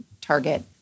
target